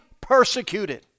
persecuted